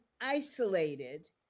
isolated